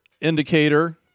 indicator